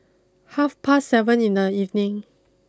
half past seven in the evening